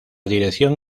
dirección